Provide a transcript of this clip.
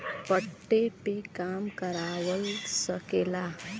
पट्टे पे काम करवा सकेला